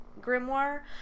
grimoire